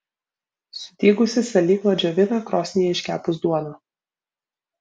sudygusį salyklą džiovina krosnyje iškepus duoną